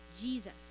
Jesus